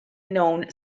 known